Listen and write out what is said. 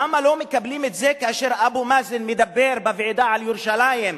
למה לא מקבלים את זה כאשר אבו מאזן מדבר בוועידה על ירושלים,